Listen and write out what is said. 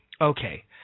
okay